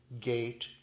gate